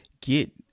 get